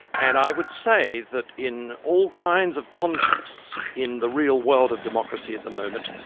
and i would say that in all kinds of contexts in the real world of democracy at the moment,